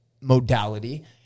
modality